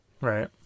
Right